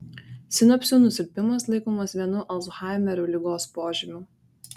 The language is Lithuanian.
sinapsių nusilpimas laikomas vienu alzhaimerio ligos požymių